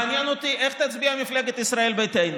מעניין אותי איך תצביע מפלגת ישראל ביתנו.